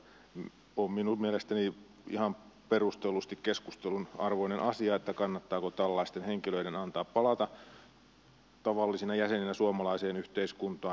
on minun mielestäni ihan perustellusti keskustelun arvoinen asia kannattaako tällaisten henkilöiden antaa palata tavallisina jäseninä suomalaiseen yhteiskuntaan